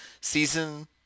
season